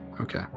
Okay